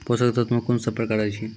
पोसक तत्व मे कून सब प्रकार अछि?